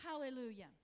Hallelujah